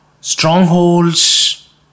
strongholds